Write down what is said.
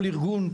כל ארגון,